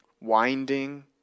winding